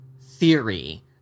theory